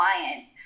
client